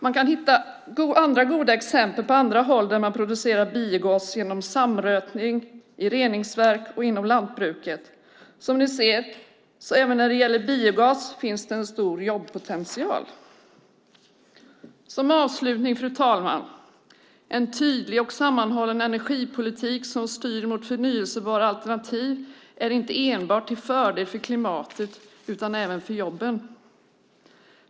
Man kan hitta fler goda exempel på andra håll där biogas produceras genom samrötning i reningsverk och inom lantbruket. Som ni ser finns det en stor jobbpotential även när det gäller biogas. Som avslutning, fru talman, är en tydlig och sammanhållen energipolitik som styr mot förnybara alternativ inte enbart till fördel för klimatet utan även för jobben.